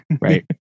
right